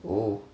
oh